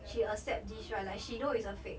she accept this right like she know is a fake